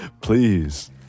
Please